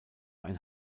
ein